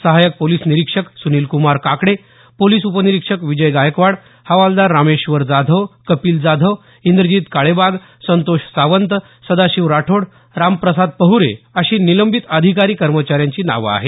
सहायक पोलीस निरीक्षक सुनीलक्रमार काकडे पोलीस उपनिरीक्षक विजय गायकवाड हवालदार रामेश्वर जाधव कपील जाधव इंद्रजित काळेबाग संतोष सावंत सदाशिव राठोड रामप्रसाद पहरे अशी निलंबित अधिकारी कर्मचाऱ्यांची नावं आहेत